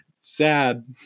Sad